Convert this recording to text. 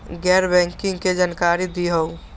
गैर बैंकिंग के जानकारी दिहूँ?